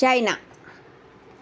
China